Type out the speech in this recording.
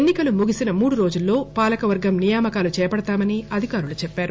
ఎన్ని కలు ముగిసిన మూడురోజుల్లో పాలకవర్గం నియామకాలు చేపడ్తామని అధికారులు చెప్పారు